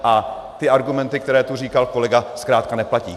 A ty argumenty, které tu říkal kolega, zkrátka neplatí.